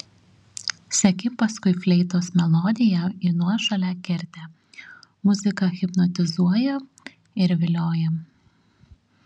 seki paskui fleitos melodiją į nuošalią kertę muzika hipnotizuoja ir vilioja